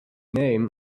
name